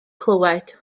clywed